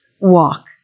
walk